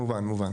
מובן.